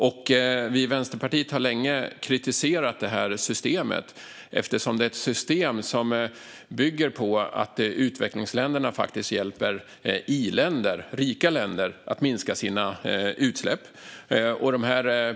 Vi i Vänsterpartiet har länge kritiserat det här systemet eftersom det bygger på att utvecklingsländerna hjälper i-länder, rika länder, att minska sina utsläpp.